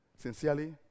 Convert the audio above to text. Sincerely